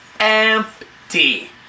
Empty